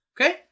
Okay